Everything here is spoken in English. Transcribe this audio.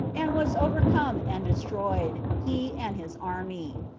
and was overcome, and destroyed, he and his army.